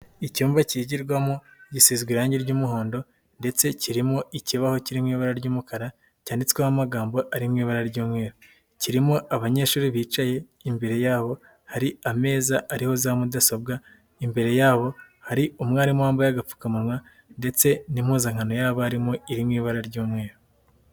Icyumba cyigirwamo gisize irange ry'umuhondo ndetse kirimo ikibaho kiri mu ibara ry'umukara cyanditsweho amagambo ari mu ibara ry'umweru, kirimo abanyeshuri bicaye imbere yabo hari ameza ariho za mudasobwa, imbere yabo hari umwarimu wambaye agapfukamunwa ndetse n'impuzankano y'abarimu iri mu ibara ry'umweru.